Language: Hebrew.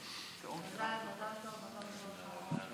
חרף פתרונות זמינים,